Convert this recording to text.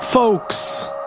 Folks